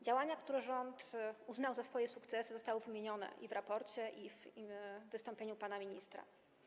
Działania, które rząd uznał za swoje sukcesy, zostały wymienione i w raporcie, i w wystąpieniu pana ministra.